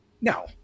No